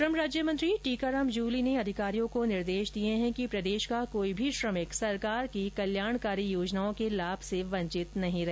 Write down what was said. श्रम राज्यमंत्री टीकाराम जूली ने अधिकारियों को र्निदेश दिए हैं कि प्रदेश का कोई भी श्रमिक सरकार की कल्याणकारी योजनाओं के लाभ से वंचित नहीं रहे